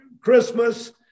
Christmas